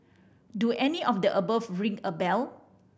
do any of the above ring a bell